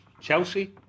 Chelsea